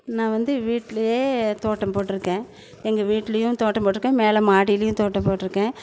நான் வந்து வீட்லயே தோட்டம் போட்டுயிருக்கேன் எங்கள் வீட்லையும் தோட்டம் போட்டுயிருக்கேன் மேலே மாடிலையும் தோட்டம் போட்டுயிருக்கேன்